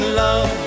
love